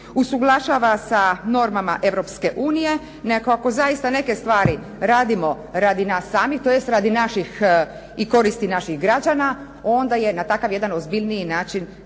usuglašava sa normama Europske unije. Nego ako zaista neke stvari radimo radi nas samih, tj., radi naših, i koristi naših građana, onda je na takav jedan ozbiljniji način